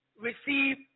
receive